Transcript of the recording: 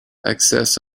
excess